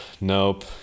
Nope